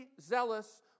zealous